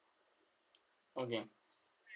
okay